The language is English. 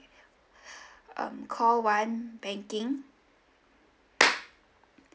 um call one banking